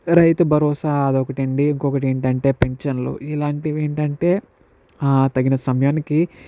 రైతు భరోసా అది ఒకటి అండి ఇంకొకటి ఏంటంటే పింఛన్లు ఇలాంటివి ఏంటంటే తగిన సమయానికి